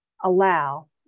allow